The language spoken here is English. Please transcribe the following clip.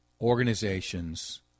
organizations